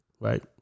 right